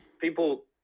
people